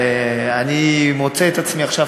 ואני מוצא את עצמי עכשיו